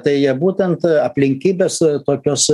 tai būtent aplinkybės tokios